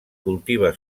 cultiva